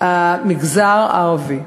המגזר הערבי".